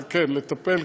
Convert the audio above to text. אבל לטפל,